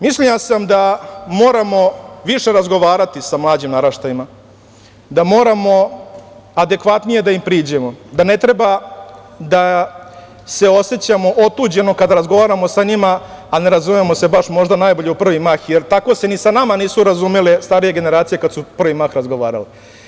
Mišljenja sam da moramo više razgovarati sa mlađim naraštajima, da moramo adekvatnije da im priđemo, da ne treba da se osećamo otuđeno kada razgovaramo sa njima, a ne razumemo se baš možda najbolje u prvi mah, jer tako se ni sa nama nisu razumele starije generacije kada su u prvi mah razgovarale.